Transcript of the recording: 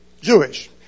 Jewish